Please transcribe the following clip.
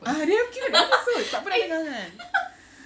ha dia orang Q&A tak pernah dengar kan